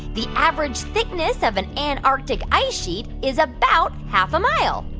the average thickness of an an antarctic ice sheet is about half a mile?